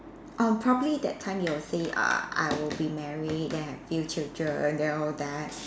uh probably that time you will say err I will be married then have few children then all that